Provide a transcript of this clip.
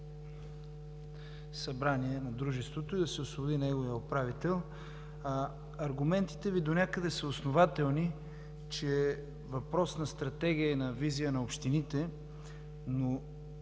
събрание на Дружеството и да се освободи неговият управител. Аргументите Ви донякъде са основателни, че е въпрос на стратегия и на визия на общините, но